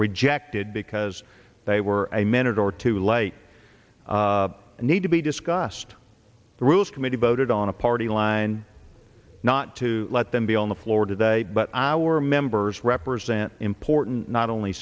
rejected because they were a minute or two late and need to be discussed the rules committee voted on a party line not to let them be on the floor today but our members represent important not only